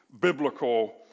biblical